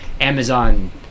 Amazon